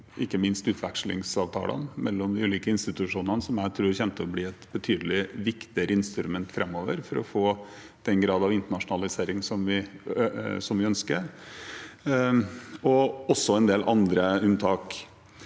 ikke minst utvekslingsavtalene mellom de ulike institusjonene, som jeg tror kommer til å bli et betydelig viktigere instrument framover for å få den grad av internasjonalisering som vi ønsker, og også en del andre unntak.